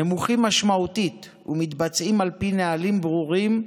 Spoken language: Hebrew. נמוכים משמעותית, ומתבצעים על פי נהלים ברורים.